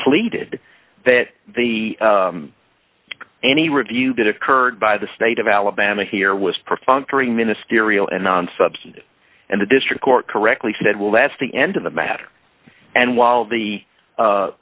pleaded that the any review that occurred by the state of alabama here was perfunctory ministerial and non substantive and the district court correctly said well that's the end of the matter and while the